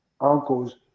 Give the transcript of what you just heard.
uncles